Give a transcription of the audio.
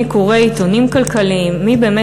מי קורא עיתונים כלכליים,